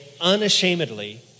unashamedly